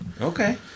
okay